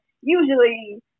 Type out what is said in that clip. usually